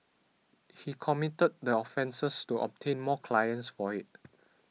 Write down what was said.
he committed the offences to obtain more clients for it